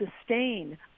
sustain